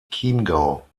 chiemgau